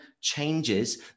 changes